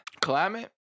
Climate